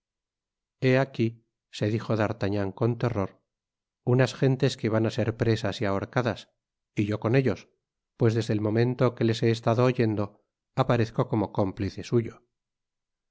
aquí se dijo d artagnan con terror unas gentes que van á ser presas y ahorcadas y yo con ellos pues desde el momento que les he estado oyendo aparezco como cómplice suyo